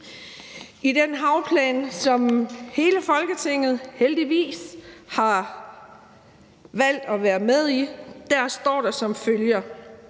om en havplan, som hele Folketinget heldigvis har valgt at være med i, står der som følger: